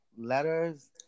letters